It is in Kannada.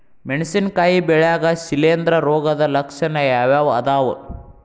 ಮೆಣಸಿನಕಾಯಿ ಬೆಳ್ಯಾಗ್ ಶಿಲೇಂಧ್ರ ರೋಗದ ಲಕ್ಷಣ ಯಾವ್ಯಾವ್ ಅದಾವ್?